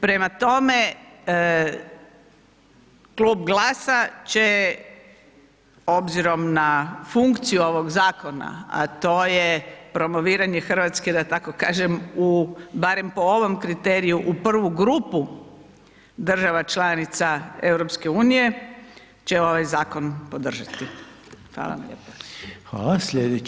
Prema tome, Klub GLAS-a će obzirom na funkciju ovog zakona, a to je promoviranje Hrvatske da tako kažem barem po ovom kriteriju u prvu grupu država članica EU, će ovaj zakon podržati.